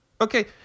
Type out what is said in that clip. Okay